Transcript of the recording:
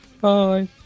Bye